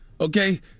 Okay